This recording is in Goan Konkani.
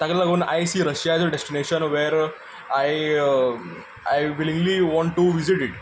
ताका लागून I see Russia as a destination where I I willingly want to visit it